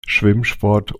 schwimmsport